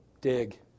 dig